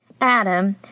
Adam